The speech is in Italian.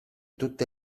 tutte